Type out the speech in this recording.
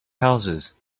houses